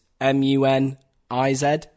M-U-N-I-Z